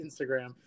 Instagram